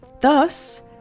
Thus